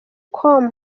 com